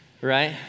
right